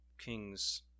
king's